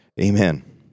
Amen